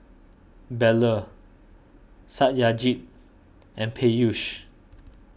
Bellur Satyajit and Peyush